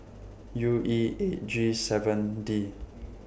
U E eight G seven D